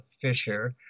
Fisher